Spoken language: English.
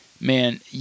man